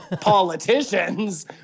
politicians